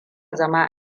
zama